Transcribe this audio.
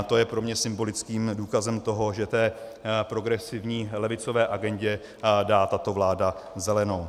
To je pro mě symbolickým důkazem toho, že té progresivní levicové agendě dá tato vláda zelenou.